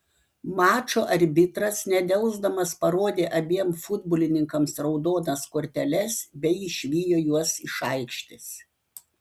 mačo arbitras nedelsdamas parodė abiem futbolininkams raudonas korteles bei išvijo juos iš aikštės